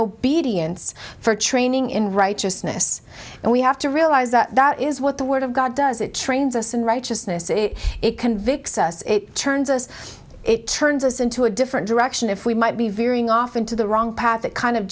obedience for training in righteousness and we have to realize that that is what the word of god does it trains us in righteousness it it convicts us it turns us it turns us into a different direction if we might be varying off into the wrong path it kind of